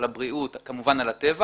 על הבריאות, וכמובן על הטבע.